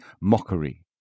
mockery